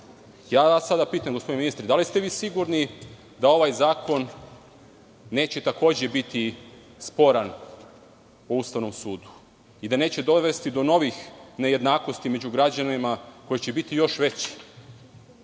neistina. Pitam vas gospodine ministre, da li ste sigurni da ovaj zakon neće takođe biti sporan u Ustavnom sudu i da neće dovesti do novih nejednakosti među građanima kojih će biti još više?